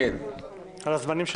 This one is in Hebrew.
על הזמנים שלי?